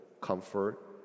comfort